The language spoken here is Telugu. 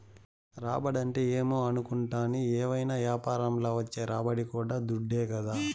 రాబడంటే ఏమో అనుకుంటాని, ఏవైనా యాపారంల వచ్చే రాబడి కూడా దుడ్డే కదా